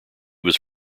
was